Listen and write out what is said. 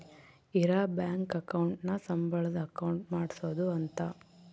ಇರ bank account ನ ಸಂಬಳದ್ ಅಕೌಂಟ್ ಮಾಡ್ಸೋದ ಅಂತ